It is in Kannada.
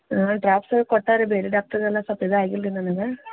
ಹಾಂ ಡ್ರಾಪ್ಸ ಕೊಟ್ಟಾರೀ ಬೇರೆ ಡಾಕ್ಟ್ರ ಏನೋ ಸ್ವಲ್ಪ ಇದಾಗಿಲ್ಲ ರೀ ನನಗೆ